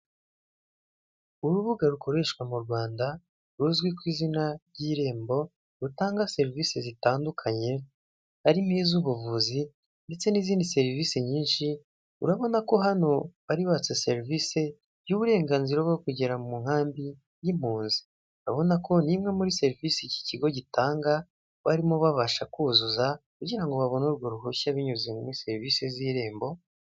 Urubuga rukoreshwa mu Rwanda, ruzwi ku izina ry'irembo, rutanga serivisi zitandukanye, harimo iz'ubuvuzi ndetse n'izindi serivisi nyinshi, urabona ko hano bari batse serivisi y'uburenganzira bwo kugera mu nkambi y'impunzi. Urabona ko ni imwe muri serivisi iki kigo gitanga, barimo babasha kuzuza kugira ngo babone urwo ruhushya binyuze muri serivisi z'irembo